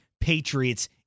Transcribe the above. Patriots